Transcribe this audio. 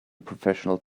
professional